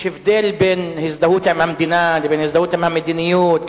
יש הבדל בין הזדהות עם המדינה לבין הזדהות עם המדיניות,